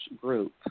group